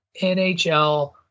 NHL